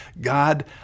God